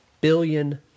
billion